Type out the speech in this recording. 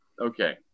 Okay